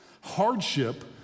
Hardship